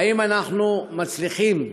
האם אנחנו מצליחים,